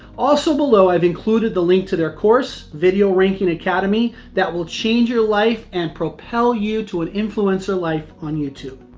also below, i've included the link to their course, video ranking academy, that will change your life and propel you to an influencer life on youtube.